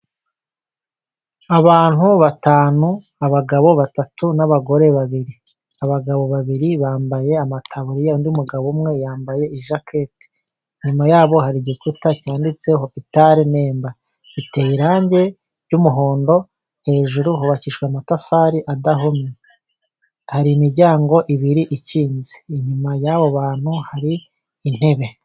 Abantu batanu, abagabo batatu n'abagore babiri. Abagabo babiri bambaye amataburiya, undi mugabo umwe yambaye i jacketi. Inyuma yabo hari igikuta cyanditseho hopital Nemba Iteye irange ry'umuhondo, hejuru hubakishijwe amatafari adahomye. Hari imiryango ibiri ikinze. Inyuma y'abo bantu hari intebe.